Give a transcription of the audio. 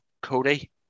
Cody